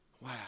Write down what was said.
Wow